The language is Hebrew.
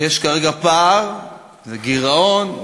יש כרגע פער וגירעון,